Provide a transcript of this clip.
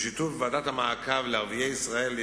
ובשיתוף ועדת המעקב לערביי ישראל.